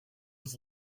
was